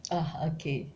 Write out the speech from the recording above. (uh huh) okay